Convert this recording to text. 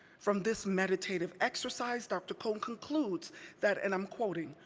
from this meditative exercise, dr. cone concludes that, and i'm quoting,